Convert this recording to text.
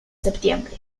septiembre